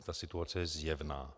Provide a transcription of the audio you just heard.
Ta situace je zjevná.